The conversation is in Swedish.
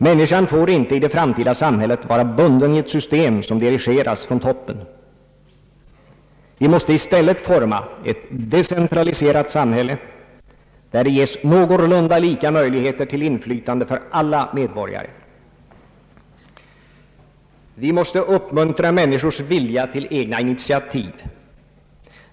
Människan får inte i det framtida samhället vara bunden vid ett system som dirigeras från toppen. Vi måste i stället forma ett decentraliserat samhälle där det ges någorlunda lika möjligheter till inflytande för alla medborgare. Vi måste uppmuntra människors vilja till egna initiativ.